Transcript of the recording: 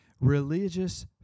religious